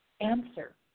answer